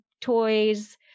toys